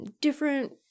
different